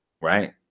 right